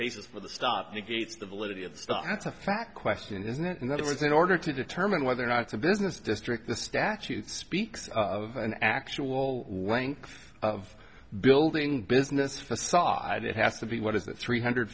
basis for the stop negates the validity of the stuff that's a fact question isn't it and that is in order to determine whether or not it's a business district the statute speaks of an actual length of building business facade it has to be what is that three hundred